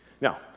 Now